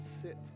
sit